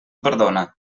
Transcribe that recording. perdona